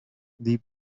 the